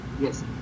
yes